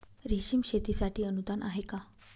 रेशीम शेतीसाठी अनुदान आहे का?